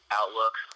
outlook